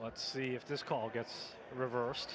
let's see if this call gets reverse